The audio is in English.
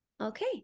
Okay